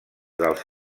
dels